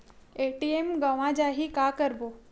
ATM गवां जाहि का करबो?